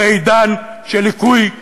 בעידן של ליקוי מאורות.